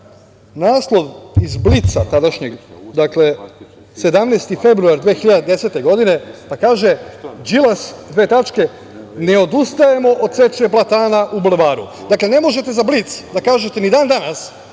naslov iz „Blica“ tadašnjeg, dakle, 17. februar 2010. godine, pa kaže - Đilas: „Ne odustajemo od seče platana u Bulevaru.“ Dakle, ne možete za „Blic“ da kažete ni dan danas